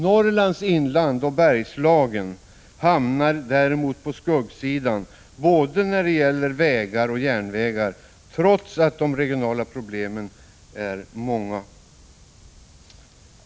Norrlands inland och Bergslagen hamnar däremot på skuggsidan när det gäller både vägar och järnvägar, trots att de regionala problemen där är många.